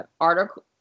article